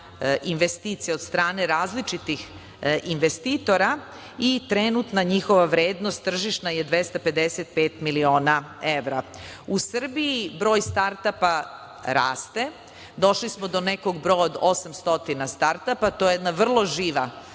investicija od strane različitih investitora i trenutna njihova vrednost tržišna je 255 miliona evra.U Srbiji broj start apa raste. Došli smo do nekog broja od 800 start apa. To je jedna vrlo živa